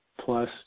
Plus